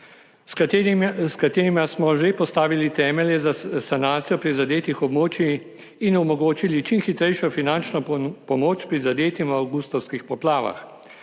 s katerima smo že postavili temelje za sanacijo prizadetih območij in omogočili čim hitrejšo finančno pomoč prizadetim v avgustovskih poplavah.